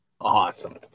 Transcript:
Awesome